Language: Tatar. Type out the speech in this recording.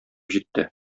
җитте